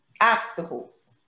obstacles